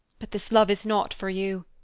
but this love is not for you.